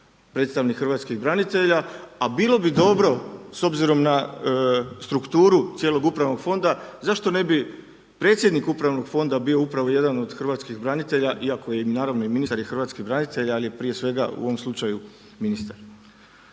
predstavnik hrvatskih branitelja a bilo bi dobro s obzirom na strukturu cijelog upravnog fonda zašto ne bi predsjednik upravnog Fonda bio upravo jedan od hrvatskih branitelja, iako im, naravno i ministar je hrvatski branitelj, ali je prije svega u ovom slučaju ministar.